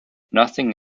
nothing